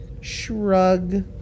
Shrug